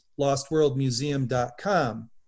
lostworldmuseum.com